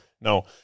no